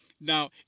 Now